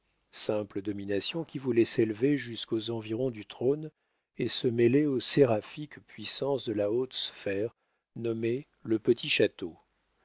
simples dominations qui voulaient s'élever jusqu'aux environs du trône et se mêler aux séraphiques puissances de la haute sphère nommée le petit château